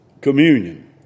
communion